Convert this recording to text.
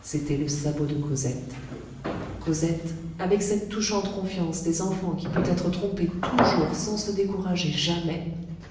c'était le sabot de cosette cosette avec cette touchante confiance des enfants qui peut être trompée toujours sans se décourager jamais